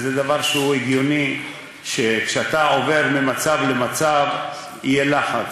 וזה דבר הגיוני שכשאתה עובר ממצב למצב יהיה לחץ.